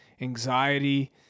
anxiety